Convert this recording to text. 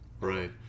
Right